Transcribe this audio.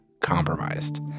compromised